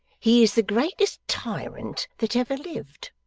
he is the greatest tyrant that every lived,